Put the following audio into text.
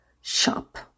shop